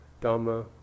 Dharma